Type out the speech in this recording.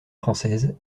française